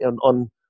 on